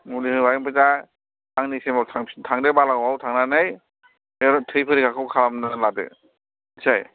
मुलि होबाय ओमफ्राय दा साननैसो उनाव थांफिनदो बालागावआव थांनानै थै फरिखाखौ खालामनानै लादो मिथिबाय